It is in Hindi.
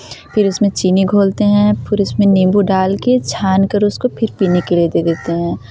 फिर इसमें चीनी घोलते हैं फिर उसमें नींबू डालकर छानकर उसको फिर पीने के लिए दे देते हैं